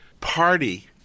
party